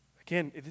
Again